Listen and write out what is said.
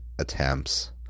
attempts